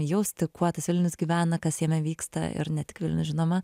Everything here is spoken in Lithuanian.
jausti kuo tas vilnius gyvena kas jame vyksta ir ne tik vilnius žinoma